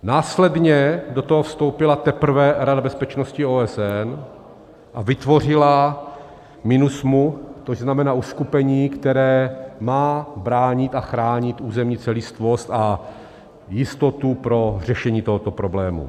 Následně do toho vstoupila teprve Rada bezpečnosti OSN a vytvořila MINUSMA, což znamená uskupení, které má bránit a chránit územní celistvost a jistotu pro řešení tohoto problému.